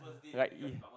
like